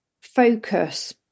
focus